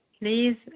Please